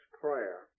Prayer